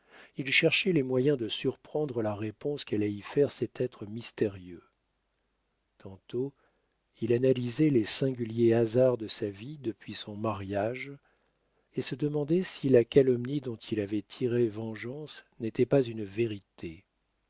il cherchait les moyens de surprendre la réponse qu'allait y faire cet être mystérieux tantôt il analysait les singuliers hasards de sa vie depuis son mariage et se demandait si la calomnie dont il avait tiré vengeance n'était pas une vérité